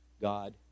God